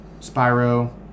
Spyro